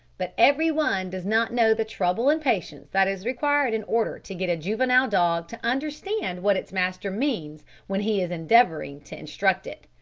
but every one does not know the trouble and patience that is required in order to get a juvenile dog to understand what its master means when he is endeavouring to instruct it.